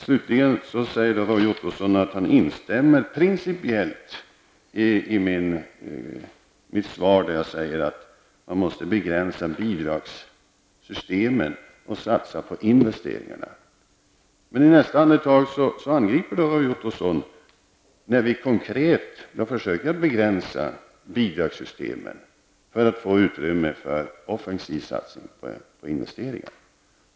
Slutligen säger Roy Ottosson att han principiellt instämmer i det jag säger i mitt svar om att man måste begränsa bidragssystemet och satsa på investeringarna. I nästa andetag angriper dock Roy Ottosson oss när vi konkret försöker begränsa bidragssystemen för att få utrymme för en offensiv satsning på investeringar.